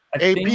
AP